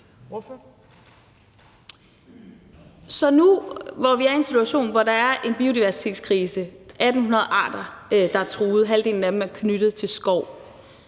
nu, hvor vi er i en situation, hvor der er en biodiversitetskrise – der er 1.800 arter, der er truet, og halvdelen af dem er knyttet til skov